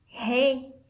hey